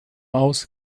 aus